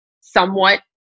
somewhat